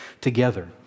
together